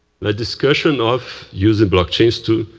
the discussion of using blockchains to